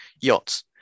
yachts